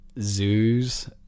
zoos